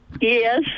Yes